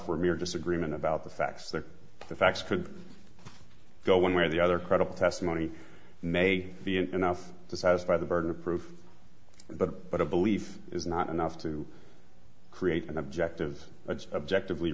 for mere disagreement about the facts that the facts could go one way or the other credible testimony may be enough to satisfy the burden of proof but but a belief is not enough to create an objective objective lee